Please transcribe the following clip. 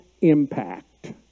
impact